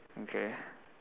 okay